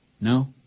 No